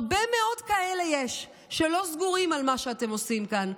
הרבה מאוד כאלה יש שלא סגורים על מה שאתם עושים כאן,